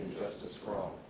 justice for all.